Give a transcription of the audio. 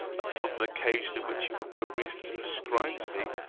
upon an occasion in which you have no reason to prescribe to me,